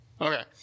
Okay